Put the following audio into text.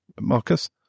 Marcus